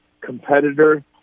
competitor